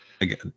again